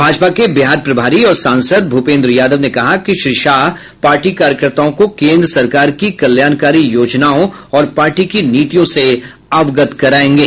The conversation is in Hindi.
भाजपा के बिहार प्रभारी और सांसद भूपेंद्र यादव ने कहा कि श्री शाह पार्टी कार्यकर्ताओं को केंद्र सरकार की कल्याणकारी योजनाओं और पार्टी की नीतियों से अवगत करायेंगे